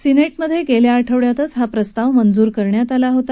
सिनेटमध्ये मागच्या आठवड्यातच हा प्रस्ताव मंजूर करण्यात आला होता